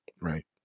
right